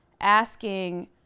asking